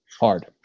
hard